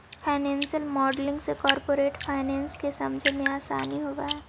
financial modelling से corporate finance के समझे मेंअसानी होवऽ हई